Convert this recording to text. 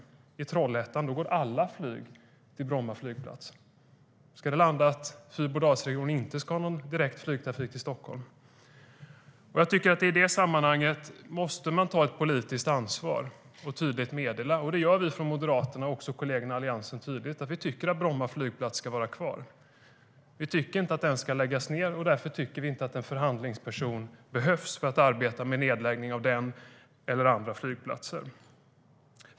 Från Trollhättan går alla flyg till Bromma flygplats. Ska det landa i att Fyrbodalsregionen inte ska ha någon direkt flygtrafik till Stockholm?I det sammanhanget måste man ta ett politiskt ansvar och tydligt meddela sin avsikt. Det gör vi från Moderaterna och kollegerna i Alliansen tydligt: Vi tycker att Bromma flygplats ska vara kvar. Vi tycker inte att den ska läggas ned. Därför tycker vi inte att en förhandlingsperson behövs för att arbeta med nedläggning av den eller andra flygplatser.